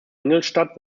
ingolstadt